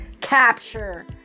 Capture